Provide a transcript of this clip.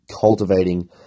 cultivating